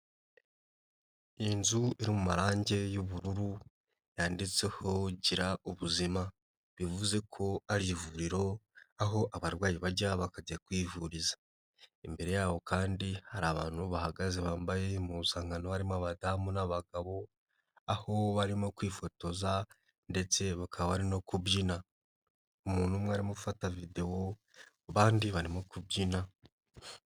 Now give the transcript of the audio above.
Inzu iri mu marange y'ubururu yanditseho gira ubuzima, bivuze ko ari ivuriro aho abarwayi bajya bakajya kwivuriza imbere yabo kandi hari abantu bahagaze bambaye mu nsankano harimo abadamu n'abagabo aho barimo kwifotoza ndetse bakaba ari no kubyina umuntu umwe arimo ufata video ku bandi barimo kubyina.